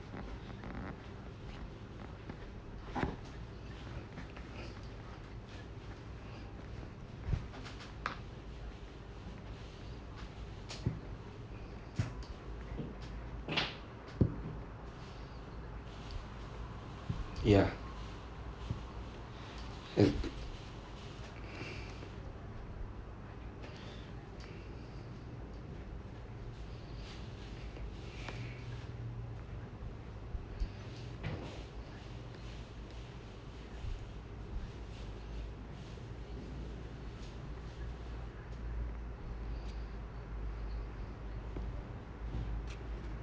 ya uh